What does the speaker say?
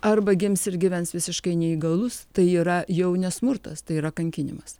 arba gims ir gyvens visiškai neįgalus tai yra jau ne smurtas tai yra kankinimas